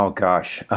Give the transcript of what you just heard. um gosh. ah